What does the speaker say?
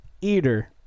eater